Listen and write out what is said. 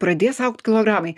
pradės augt kilogramai